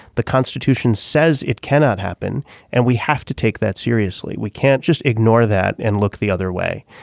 the constitution says it cannot happen and we have to take that seriously. we can't just ignore that and look the other way.